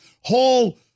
whole